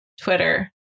Twitter